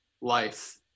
life